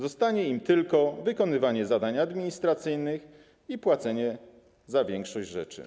Zostanie im tylko wykonywanie zadań administracyjnych i płacenie za większość rzeczy.